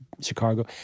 Chicago